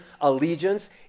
allegiance